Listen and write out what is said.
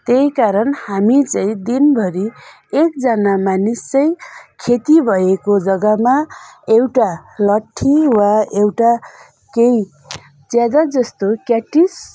त्यही कारण हामी चाहिँ दिनभरि एकजना मानिसै खेती भएको जग्गामा एउटा लट्ठी वा एउटा केही ज्यादा जस्तो क्याटिस